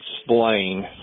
explain